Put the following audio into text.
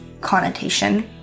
connotation